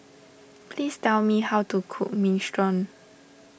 please tell me how to cook Minestrone